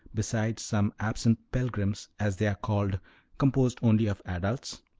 besides some absent pilgrims, as they are called composed only of adults?